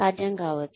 సాధ్యం కావచ్చు